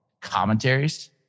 commentaries